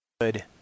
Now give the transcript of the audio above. good